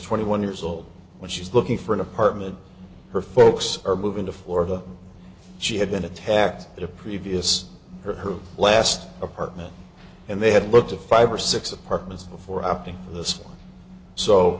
twenty one years old when she's looking for an apartment her folks are moving to florida she had been attacked the previous her last apartment and they had booked a five or six apartments before opting for th